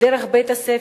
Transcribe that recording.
דרך בית-הספר,